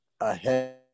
ahead